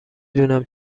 دونم